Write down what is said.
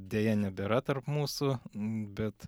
deja nebėra tarp mūsų bet